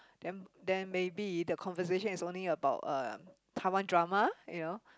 then then maybe if the conversation is only about uh Taiwan drama you know